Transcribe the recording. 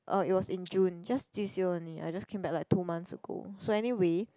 orh it was in June just this year only I just came back like two months ago so anyway